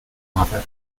mother